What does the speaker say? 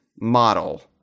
model